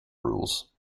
rules